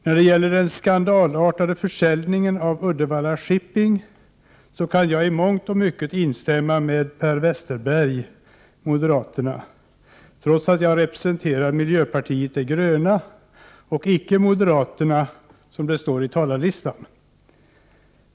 När det gäller den skandalartade försäljningen av UV-Shipping kan jag i mångt och mycket instämma med Per Westerberg trots att jag representerar miljöpartiet de gröna och inte moderaterna som det står i talarlistan.